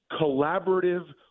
collaborative